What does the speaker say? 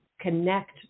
connect